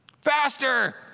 Faster